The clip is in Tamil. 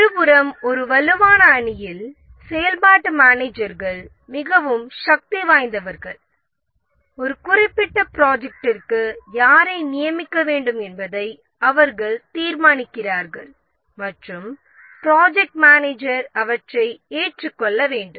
மறுபுறம் ஒரு வலுவான அணியில் செயல்பாட்டு மேனேஜர்கள் மிகவும் சக்திவாய்ந்தவர்கள் ஒரு குறிப்பிட்ட ப்ரோஜெக்ட்டிற்கு யாரை நியமிக்க வேண்டும் என்பதை அவர்கள் தீர்மானிக்கிறார்கள் மற்றும் ப்ராஜெக்ட் மேனேஜர் அவற்றை ஏற்றுக்கொள்ள வேண்டும்